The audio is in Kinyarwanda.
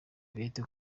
yvette